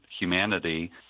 humanity